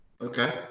Okay